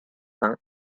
vingt